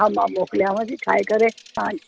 हा मां मोकिलियांव थी ठाहे करे हा